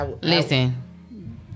Listen